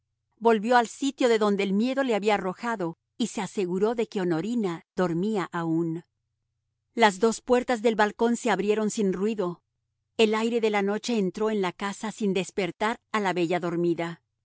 volvió al sitio de donde el miedo le había arrojado y se aseguró de que honorina dormía aún las dos puertas del balcón se abrieron sin ruido el aire de la noche entró en la casa sin despertar a la bella dormida